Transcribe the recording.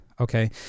Okay